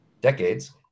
decades